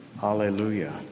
Hallelujah